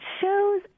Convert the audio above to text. shows